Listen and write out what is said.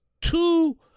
two